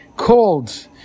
called